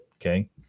Okay